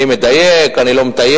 אני מדייק, אני לא מטייח.